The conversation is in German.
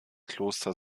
kloster